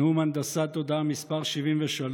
נאום הנדסת תודעה מס' 73,